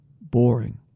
boring